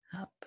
up